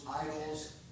idols